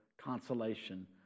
consolation